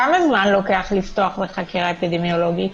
כמה זמן לוקח לפתוח בחקירה אפידמיולוגית?